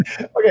okay